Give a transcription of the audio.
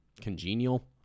congenial